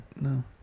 No